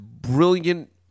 brilliant